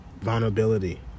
vulnerability